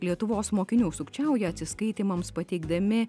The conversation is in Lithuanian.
lietuvos mokinių sukčiauja atsiskaitymams pateikdami